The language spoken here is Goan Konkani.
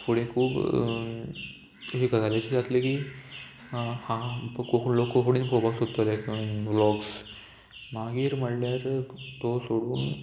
फुडें खूब अशी गजाल अशी जातली की कोंकणीन पोळोवपाक सोदता ते ब्लॉग्स मागीर म्हणल्यार तो सोडून